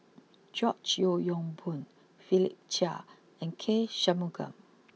George Yeo Yong Boon Philip Chia and K Shanmugam